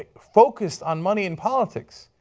focused on money and politics.